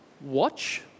watch